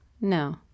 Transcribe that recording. No